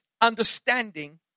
understanding